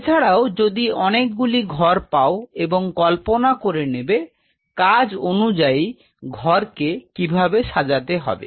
এছাড়াও যদি অনেকগুলি ঘর পাও এবং কল্পনা করে নেবে কাজ অনুযায়ী ঘরগুলি কে কিভাবে সাজাতে হবে